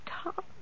stop